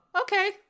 okay